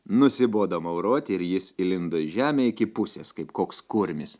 nusibodo mauroti ir jis įlindo į žemę iki pusės kaip koks kurmis